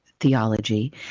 theology